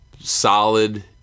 solid